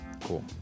Cool